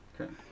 okay